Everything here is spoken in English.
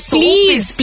please